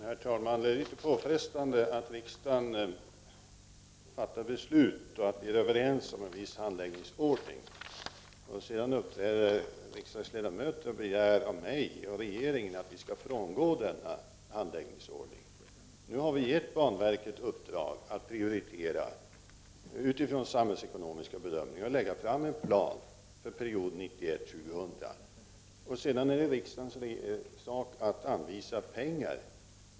Herr talman! Det är litet påfrestande, att när riksdagen fattat beslut och vi är överens om en viss handläggningsordning, riksdagsledamöter sedan uppträder och begär av mig och regeringen att vi skall frångå denna handläggningsordning. Nu har vi gett banverket uppdrag att prioritera utifrån samhällsekonomiska bedömningar och lägga fram en plan för perioden 1991-2000. Sedan är det riksdagens sak att anvisa pengar.